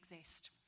exist